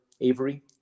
Avery